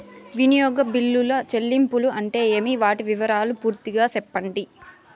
వినియోగ బిల్లుల చెల్లింపులు అంటే ఏమి? వాటి వివరాలు పూర్తిగా సెప్పండి?